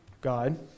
God